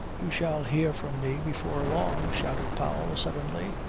you shall hear from me before long, shouted powell, suddenly,